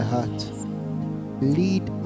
Lead